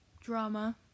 Drama